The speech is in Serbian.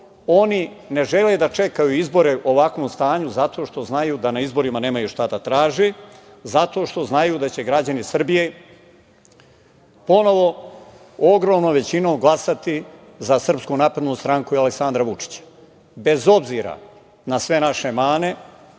Oni ne žele da čekaju izbore u ovakvom stanju zato što znaju da na izborima nemaju šta da traže, zato što znaju da će građani Srbije ponovo ogromnom većinom glasati za SNS i Aleksandra Vučića. Bez obzira na sve naše mane,